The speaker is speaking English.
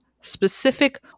specific